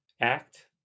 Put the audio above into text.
act